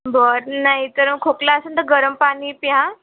बरं नाहीतर खोकला असेल तर गरम पाणी प्या